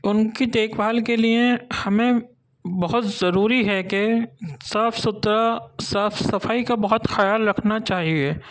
اُن كی دیكھ بھال كے لیے ہمیں بہت ضروری ہے كہ صاف سُتھرا صاف صفائی كا بہت خیال رکھنا چاہیے